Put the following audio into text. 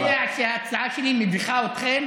עכשיו, אני יודע שההצעה שלי מביכה אתכם.